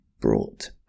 brought